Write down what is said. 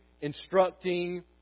instructing